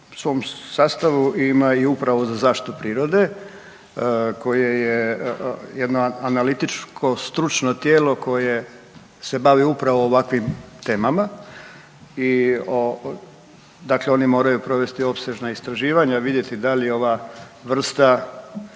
u svom sastavu ima i Upravu za zaštitu prirode koje je jedna analitičko-stručno tijelo koje se bavi upravo ovakvim temama, dakle oni moraju provesti opsežna istraživanja, vidjeti da li je ova vrsta